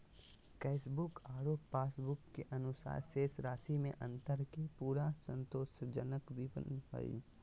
cashbook आरो passbook के अनुसार शेष राशि में अंतर के पूरा संतोषजनक विवरण हइ